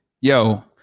Yo